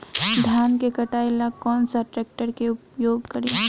धान के कटाई ला कौन सा ट्रैक्टर के उपयोग करी?